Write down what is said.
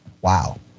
Wow